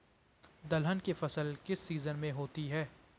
दलहन की फसल किस सीजन में होती है?